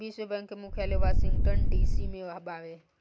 विश्व बैंक के मुख्यालय वॉशिंगटन डी.सी में बावे